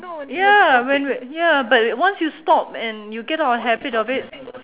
ya when when ya but once you stop and you get out of habit of it